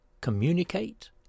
Communicate